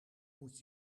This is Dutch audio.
moet